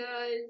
guys